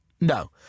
No